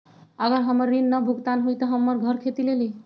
अगर हमर ऋण न भुगतान हुई त हमर घर खेती लेली?